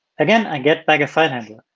again, i get back a file handler.